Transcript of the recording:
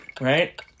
right